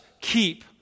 keep